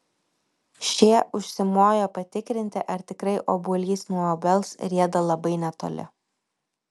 šie užsimojo patikrinti ar tikrai obuolys nuo obels rieda labai netoli